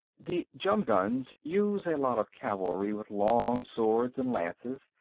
the jumduns use a lot of cavalry, with long swords and lances,